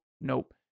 nope